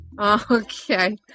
Okay